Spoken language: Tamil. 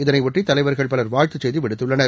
இதனையொட்டிதலைவர்கள் பலர் வாழ்த்துச் செய்திவிடுத்துள்ளனர்